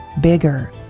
bigger